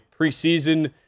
preseason